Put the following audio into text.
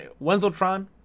Wenzeltron